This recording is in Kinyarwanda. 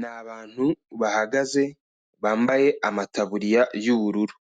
Ni abantu bahagaze bambaye amataburiya y'ubururu,